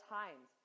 times